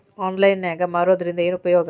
Online ನಾಗ್ ಮಾರೋದ್ರಿಂದ ಏನು ಉಪಯೋಗ?